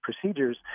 procedures